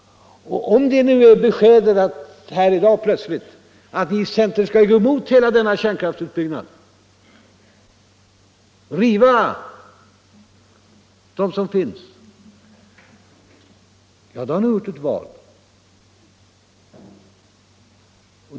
Och om det nu plötsligt är beskedet här i dag att ni i centern skall gå emot hela denna kärnkraftsutbyggnad och riva de kärnkraftverk som finns — ja, då har ni gjort ett val.